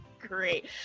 great